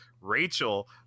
Rachel